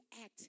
act